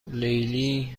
لیلی